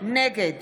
נגד